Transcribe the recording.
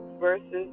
versus